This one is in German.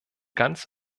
ganz